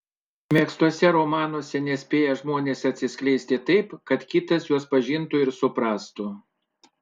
užmegztuose romanuose nespėja žmonės atsiskleisti taip kad kitas juos pažintų ir suprastų